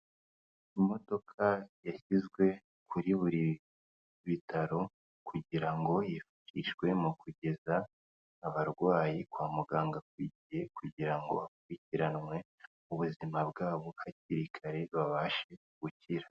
Imodoka yashyizwe kuri buri bitaro kugira ngo hifashishwe mu kugeza abarwayi kwa muganga ku gihe kugira ngo hakurikiranwe ubuzima bwabo hakiri kare, babashe gukira.